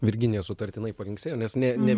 virginija sutartinai palinksėjo nes ne ne